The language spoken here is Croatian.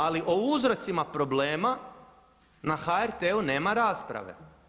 Ali o uzrocima problema na HRT-u nema rasprave.